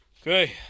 Okay